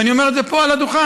ואני אומר את זה פה על הדוכן.